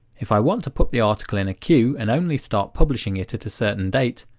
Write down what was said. if i want to put the article in a queue and only start publishing it at a certain date,